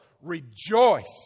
Rejoice